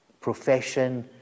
profession